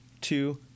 two